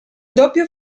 doppio